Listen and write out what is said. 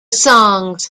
songs